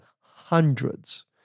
hundreds